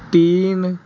तीन